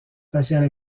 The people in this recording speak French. spatiale